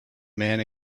man